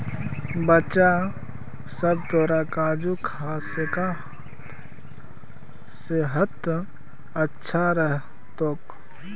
बच्चा सब, तोरा काजू खा सेहत अच्छा रह तोक